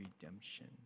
redemption